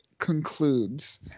Concludes